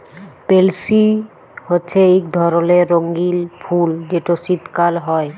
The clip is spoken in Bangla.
পেলসি হছে ইক ধরলের রঙ্গিল ফুল যেট শীতকাল হ্যয়